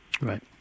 Right